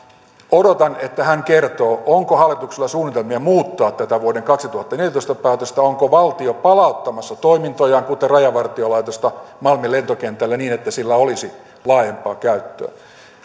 odotan että hän kertoo onko hallituksella suunnitelmia muuttaa tätä vuoden kaksituhattaneljätoista päätöstä onko valtio palauttamassa toimintojaan kuten rajavartiolaitosta malmin lentokentälle niin että sillä olisi laajempaa käyttöä